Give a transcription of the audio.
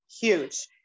Huge